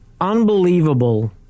unbelievable